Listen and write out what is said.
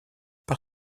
par